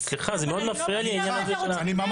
סליחה, זה מאוד מפריע לי העניין הזה של המשאבים.